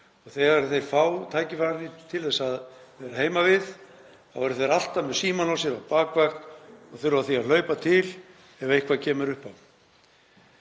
og þegar þeir fá tækifæri til að vera heima við eru þeir alltaf með símann á sér á bakvakt og þurfa því að hlaupa til ef eitthvað kemur upp á.